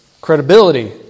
credibility